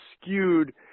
skewed